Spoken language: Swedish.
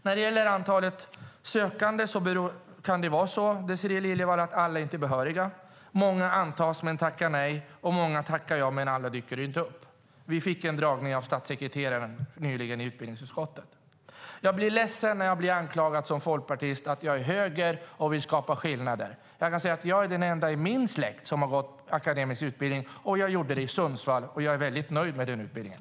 När det gäller antalet sökande kan det vara så, Désirée Liljevall, att alla inte är behöriga, många antas men tackar nej och många tackar ja men alla dyker inte upp. Det fick vi nyligen en föredragning om i utbildningsutskottet av statssekreteraren. Jag blir ledsen när jag som folkpartist blir anklagad för att vara höger och vilja skapa skillnader. Jag kan nämna att jag är den ende i min släkt som har akademisk utbildning. Jag gick utbildningen i Sundsvall, och jag är mycket nöjd med den.